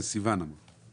פנייה מספר 40,